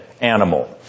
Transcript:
animal